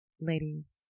ladies